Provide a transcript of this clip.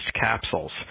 capsules